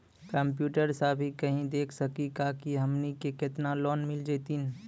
Computer सा भी कही देख सकी का की हमनी के केतना लोन मिल जैतिन?